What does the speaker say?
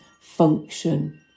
function